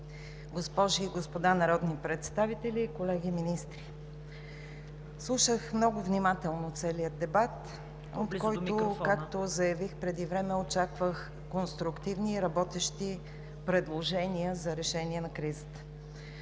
госпожи и господа народни представители, колеги министри! Слушах много внимателно целия дебат, от който, както заявих преди време, очаквах конструктивни и работещи предложения за решение на кризата.